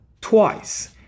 twice